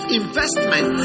investment